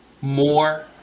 more